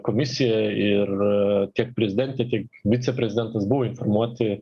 komisija ir tiek prezidentė tiek viceprezidentas buvo informuoti